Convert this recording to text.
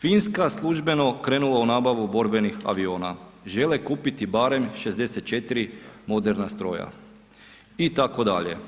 Finska službeno krenula u nabavu borbenih aviona, žele kupiti barem 64 moderna stroja itd.